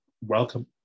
welcome